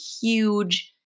huge